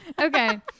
okay